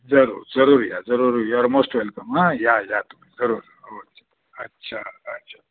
जरूर जरूर या जरूर यु आर मोस्ट वेलकम हां या या तुम्ही जरूर हो अच्छा अच्छा